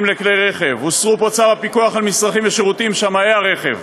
לכלי רכב) וצו הפיקוח על מצרכים ושירותים (שמאי רכב),